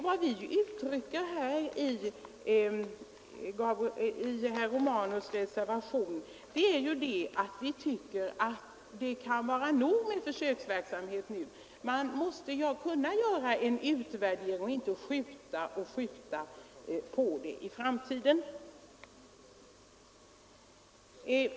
Vad vi uttrycker i herr Romanus” reservation är att det kan vara nog med försöksverksamhet. Man måste kunna göra en utvärdering och inte skjuta detta på framtiden.